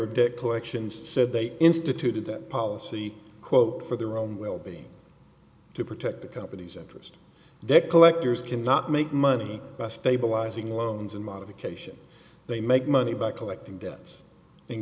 dick collection said they instituted that policy quote for their own well being to protect the company's interest debt collectors cannot make money by stabilizing loans and modification they make money by collecting debts and